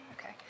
Okay